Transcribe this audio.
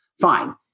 Fine